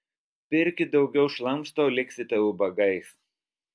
pirkit daugiau šlamšto liksite ubagais